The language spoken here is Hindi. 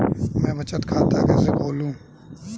मैं बचत खाता कैसे खोलूं?